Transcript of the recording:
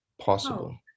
possible